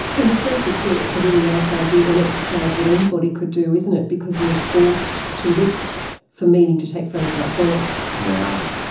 in a sense it's so it's a really nice idea, an exercise that anybody could do, isn't it, because you are forced to look for meaning to take photographs ah of. yeah